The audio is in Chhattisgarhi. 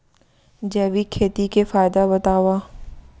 जैविक खेती के फायदा बतावा?